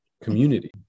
community